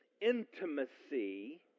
intimacy